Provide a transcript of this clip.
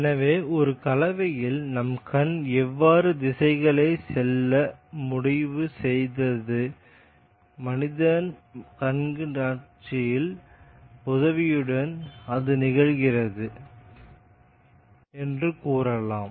எனவே ஒரு கலவையில் நம் கண் வெவ்வேறு திசைகளில் செல்ல முடிவு செய்தால் மனித கண் காட்சிகளின் உதவியுடன் அது நிகழ்கிறது என்று கூறலாம்